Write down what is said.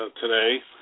today